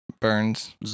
burns